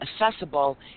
accessible